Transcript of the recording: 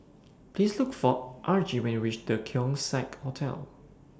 Please Look For Argie when YOU REACH The Keong Saik Hotel